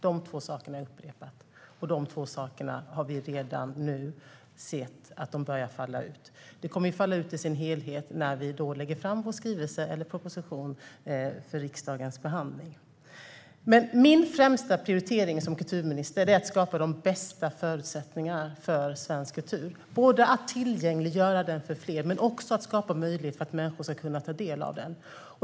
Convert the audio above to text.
De två sakerna har jag upprepat, och de två sakerna har redan börjat falla ut. De kommer att falla ut i sin helhet när vi lägger fram vår skrivelse eller proposition för behandling i riksdagen. Men min främsta prioritering som kulturminister är att skapa de bästa förutsättningarna för svensk kultur, så att den tillgängliggörs för fler och människor kan ta del av den.